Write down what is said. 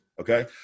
Okay